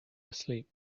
asleep